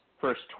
first